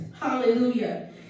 hallelujah